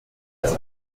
als